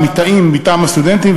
מתאים מטעם סטודנטים,